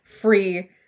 free